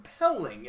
compelling